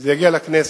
זה יגיע לכנסת.